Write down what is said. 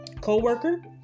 co-worker